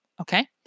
okay